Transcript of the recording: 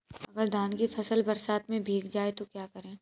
अगर धान की फसल बरसात में भीग जाए तो क्या करें?